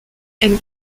and